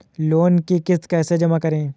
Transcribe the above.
Loan की किश्त कैसे जमा करें?